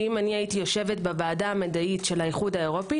ולו הייתי יושבת בוועדה המדעית של האיחוד האירופי